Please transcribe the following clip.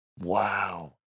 Wow